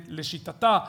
לשיטתה,